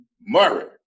Murray